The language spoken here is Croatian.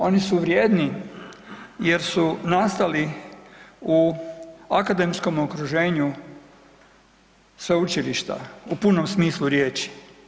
Oni su vrijedni jer su nastali u akademskom okruženju sveučilišta u punom smislu riječi.